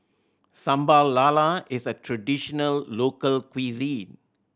Sambal Lala is a traditional local cuisine